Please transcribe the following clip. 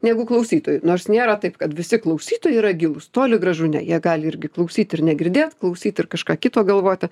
negu klausytojų nors nėra taip kad visi klausytojai yra gilūs toli gražu ne jie gali irgi klausyt ir negirdėt klausyt ir kažką kito galvoti